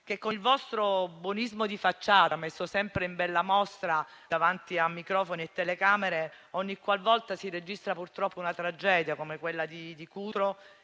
voi, con il vostro buonismo di facciata, messo sempre in bella mostra davanti a microfono e telecamere ogni qualvolta si registra una tragedia come quella di Cutro,